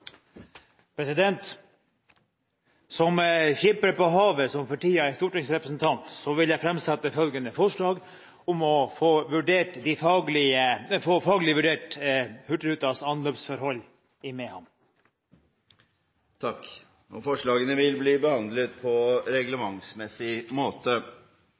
Som skipper på havet som for tiden er stortingsrepresentant, vil jeg framsette forslag om å få faglig vurdert Hurtigrutas anløpsforhold i Mehamn. Forslagene vil bli behandlet på reglementsmessig måte.